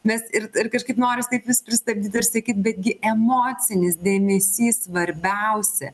mes ir ir kažkaip noris taip vis pristabdyt ir sakyt betgi emocinis dėmesys svarbiausi